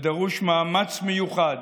ודרוש מאמץ מיוחד